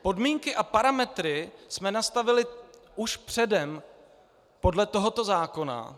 Podmínky a parametry jsme nastavili už předem podle tohoto zákona.